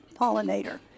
pollinator